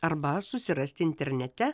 arba susirasti internete